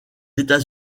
états